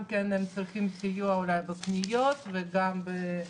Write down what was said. הם גם צריכים סיוע אולי בקניות וגם לקראת החורף.